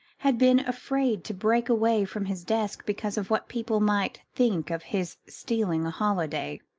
had been afraid to break away from his desk because of what people might think of his stealing a holiday!